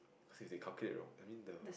cause if they calculate wrong I mean the